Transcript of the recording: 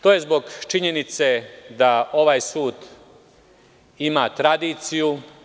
To je zbog činjenice da ovaj sud ima tradiciju.